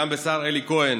בשר אלי כהן